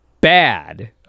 bad